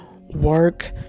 work